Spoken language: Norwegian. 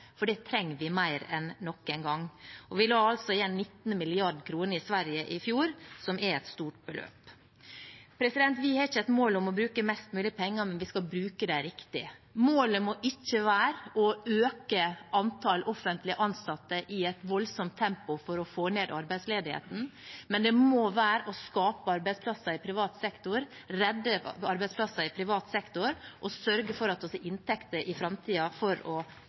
for det trenger vi mer enn noen gang. Vi la igjen 19 mrd. kr i Sverige i fjor, som er et stort beløp. Vi har ikke et mål om å bruke mest mulig penger, men vi skal bruke dem riktig. Målet må ikke være å øke antallet offentlig ansatte i et voldsomt tempo for å få ned arbeidsledigheten, men å skape arbeidsplasser i privat sektor, redde arbeidsplasser i privat sektor og sørge for at vi har inntekter i framtiden for å